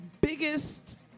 biggest